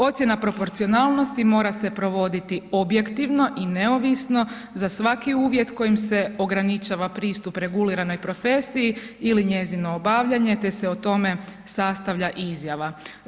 Ocjena proporcionalnosti mora se provoditi objektivno i neovisno za svaki uvjet kojim se ograničava pristup reguliranoj profesiji ili njezino obavljanje te se o tome sastavlja i izjava.